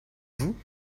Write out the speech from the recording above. vous